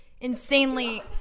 insanely